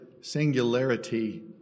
singularity